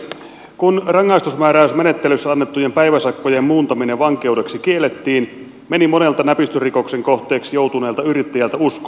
kun rangaistusmääräysmenettelyssä annettujen päiväsakkojen muuntaminen vankeudeksi kiellettiin meni monelta näpistysrikoksen kohteeksi joutuneelta yrittäjältä usko oikeusjärjestelmäämme